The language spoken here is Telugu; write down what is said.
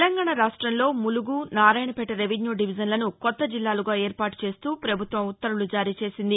తెలంగాణాలో ములుగు నారాయణపేట రెవెన్యూ డివిజన్లను కొత్త జిల్లాలుగా ఏర్పాటుచేస్తూ ప్రభుత్వం ఉత్తర్వులు జారీ చేసింది